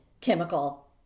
chemical